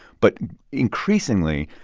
but increasingly,